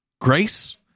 grace